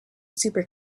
super